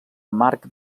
marc